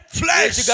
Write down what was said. flesh